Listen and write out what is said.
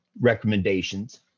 recommendations